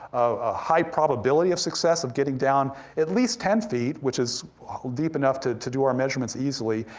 a high probability of success, of getting down at least ten feet, which is deep enough to to do our measurements easily,